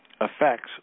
effects